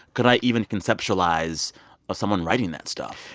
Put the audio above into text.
could i even conceptualize ah someone writing that stuff?